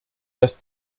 dass